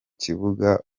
kibuga